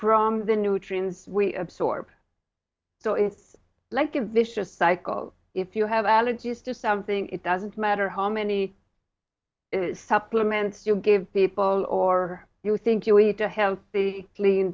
from the nutrients we absorb so it's like a vicious cycle if you have allergies to something it doesn't matter how many supplements you give people or you think you eat a healthy lea